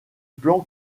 plan